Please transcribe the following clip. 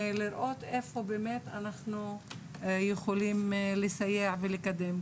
ולראות איפה באמת אנחנו יכולים לסייע ולקדם.